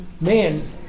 man